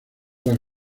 las